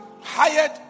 hired